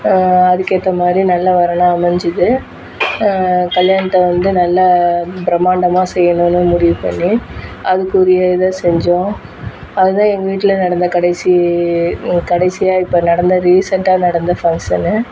அதுக்கு ஏற்ற மாதிரி நல்லா வரனாக அமைஞ்சிது கல்யாணத்தை வந்து நல்லா பிரமாண்டமாக செய்யணும்னு முடிவு பண்ணி அதுக்கு உரிய இதை செஞ்சோம் அது தான் எங்கள் வீட்டில் நடந்த கடைசி கடைசியாக இப்போ நடந்த ரீசன்ட்டாக நடந்த ஃபங்சனு